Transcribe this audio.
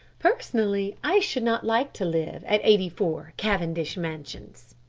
personally, i should not like to live at eighty four, cavendish mansions.